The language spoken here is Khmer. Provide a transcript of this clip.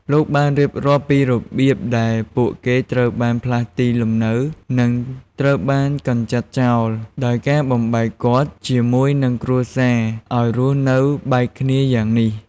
លោកបានរៀបរាប់ពីរបៀបដែលពួកគេត្រូវបានផ្លាស់ទីលំនៅ និងត្រូវបានកម្ចាត់ចោលដោយការបំបែកគាត់ជាមួយនិងគ្រួសារឲ្យរស់នៅបែកគ្នាយ៉ាងនេះ។